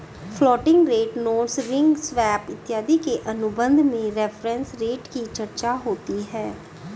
floating rate notes ring swap इत्यादि के अनुबंध में रेफरेंस रेट की चर्चा होती है